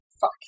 Fuck